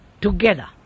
together